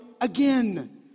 again